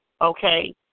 okay